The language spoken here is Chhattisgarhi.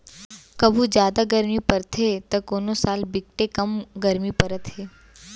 कभू जादा गरमी परथे त कोनो साल बिकटे कम गरमी परत हे